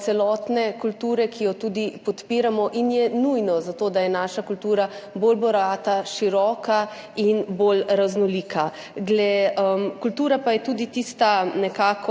celotne kulture, ki jo tudi podpiramo, in je nujno za to, da je naša kultura bolj bogata, široka in bolj raznolika. Kultura pa je tudi tista, ki nekako nosi